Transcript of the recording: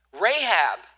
Rahab